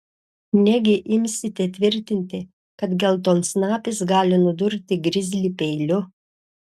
negi imsite tvirtinti kad geltonsnapis gali nudurti grizlį peiliu